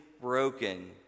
broken